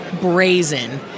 brazen